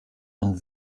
und